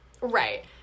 right